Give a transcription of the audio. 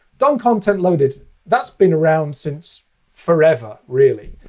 dom content loaded that's been around since forever, really.